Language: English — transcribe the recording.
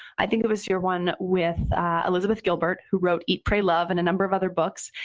i think it was your one with elizabeth gilbert, who wrote eat, pray, love and a number of other books,